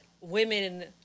women